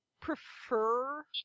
prefer